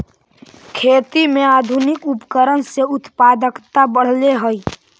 खेती में आधुनिक उपकरण से उत्पादकता बढ़ले हइ